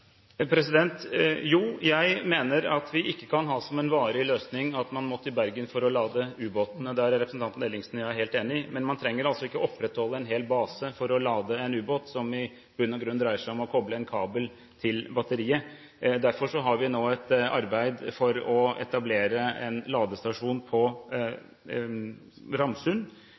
Jo – jeg mener at vi ikke kan ha som en varig løsning at man må til Bergen for å lade ubåtene; der er representanten Ellingsen og jeg helt enig. Men man trenger ikke å opprettholde en hel base for å lade en ubåt, som i bunn og grunn dreier seg om å koble en kabel til batteriet. Derfor har vi nå et arbeid for å etablere en ladestasjon på Ramsund.